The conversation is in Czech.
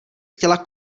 chtěla